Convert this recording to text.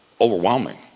overwhelming